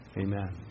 Amen